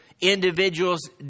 individuals